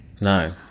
No